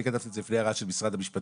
אני כתבתי את זה לפי הערה של משרד המשפטים,